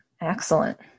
Excellent